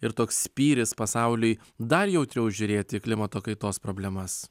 ir toks spyris pasauliui dar jautriau žiūrėti į klimato kaitos problemas